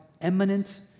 eminent